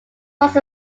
was